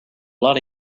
lot